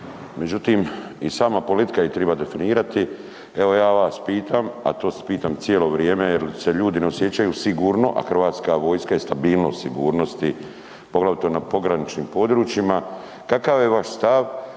međutim, i sama politika ih triba definirati. Evo, ja vas pitam, a to pitam cijelo vrijeme jer se ljudi ne osjećaju sigurnost, a HV je stabilnost sigurnosti, poglavito na pograničnim područjima. Kakav je vaš stav,